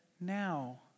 now